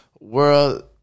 world